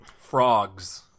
frogs